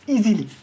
Easily